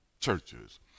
churches